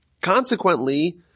Consequently